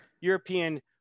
European